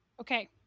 okay